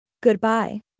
Goodbye